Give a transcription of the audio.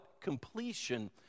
Completion